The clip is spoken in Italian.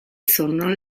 sono